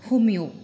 हूम्यो